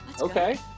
Okay